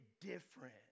different